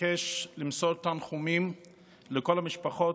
אבקש למסור תנחומים לכל המשפחות,